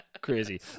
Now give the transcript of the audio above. crazy